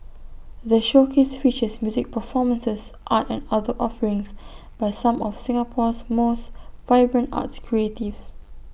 the showcase features music performances art and other offerings by some of Singapore's most vibrant arts creatives